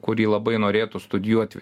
kurį labai norėtų studijuoti